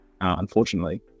unfortunately